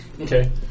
Okay